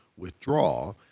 withdraw